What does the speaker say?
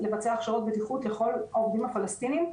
לבצע הכשרות בטיחות לכל העובדים הפלסטינים,